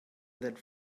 that